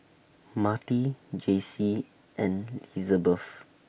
Marti Jaycie and Lizabeth